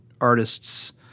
artists